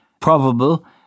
probable